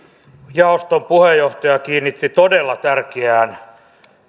jaoston puheenjohtaja kiinnitti todella tärkeään